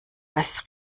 was